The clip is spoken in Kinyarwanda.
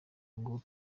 ngo